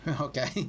Okay